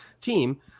team